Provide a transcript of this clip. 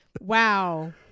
Wow